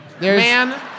man